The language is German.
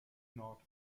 nord